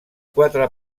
quatre